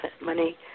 Money